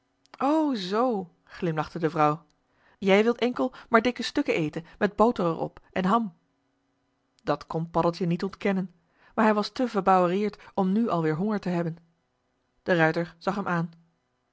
zoo glimlachte de vrouw jij wilt enkel maar dikke stukken eten met boter er op en ham dat kon paddeltje niet ontkennen maar hij was te verbouwereerd om nu al weer honger te hebben de ruijter zag hem aan